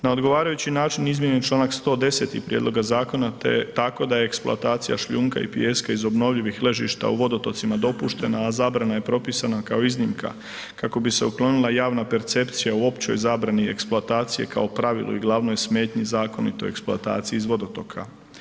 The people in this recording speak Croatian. Na odgovarajući način izmijenjen Članak 110. prijedloga zakona te tako da je eksploatacija šljunka i pijeska iz obnovljivih ležišta u vodotocima dopuštena, a zabrana je propisana kao iznimka kako bi se uklonila javna percepcija u općoj zabrani eksploatacije kao pravilu i glavnoj smetnji zakonitoj eksploataciji iz vodotoka.